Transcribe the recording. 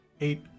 Eight